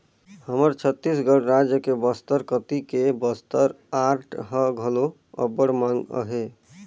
हमर छत्तीसगढ़ राज के बस्तर कती के बस्तर आर्ट ह घलो अब्बड़ मांग अहे